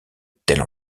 telle